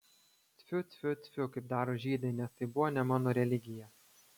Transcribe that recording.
tfiu tfiu tfiu kaip daro žydai nes tai buvo ne mano religija